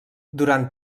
durant